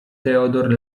theodor